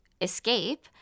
escape